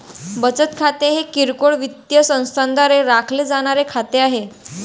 बचत खाते हे किरकोळ वित्तीय संस्थांद्वारे राखले जाणारे खाते आहे